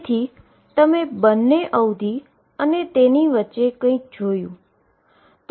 તેથી તમે બંને અવધી અને તેમની વચ્ચે કંઈક જોયું છે